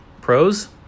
Pros